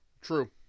True